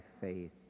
faith